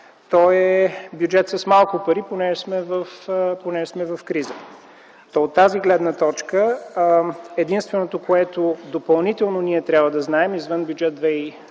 него, е бюджет с малко пари, понеже сме в криза. От тази гледна точка единственото, което допълнително трябва да знаем извън Бюджет 2010,